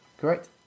correct